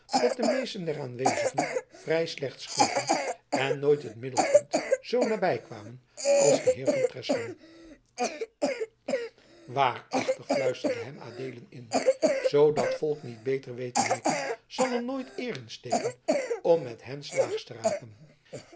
dat de meesten der aanwezigen vrij slecht schoten en nooit het middelpunt zoo nabij kwamen als de heer van treslong waarachtig fluisterde hem adeelen in zoo dat volk niet beter weet te mikken zal er nooit eer in steken om met hen slaags te raken